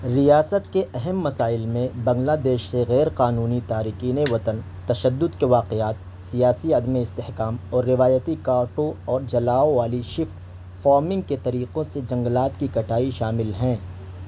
ریاست کے اہم مسائل میں بنگلہ دیش سے غیرقانونی تارکین وطن تشدد کے واقعات سیاسی عدم استحکام اور روایتی کاٹو اور جلاؤ والی شفٹ فارمنگ کے طریقوں سے جنگلات کی کٹائی شامل ہیں